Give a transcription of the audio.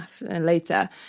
later